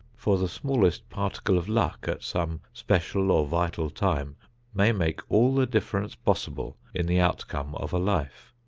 for the smallest particle of luck at some special or vital time may make all the difference possible in the outcome of a life.